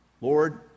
lord